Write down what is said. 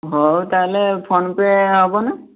ହଁ ତାହାଲେ PhonePe ହେବନା